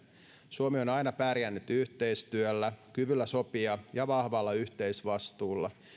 suomi on on aina pärjännyt yhteistyöllä kyvyllä sopia ja vahvalla yhteisvastuulla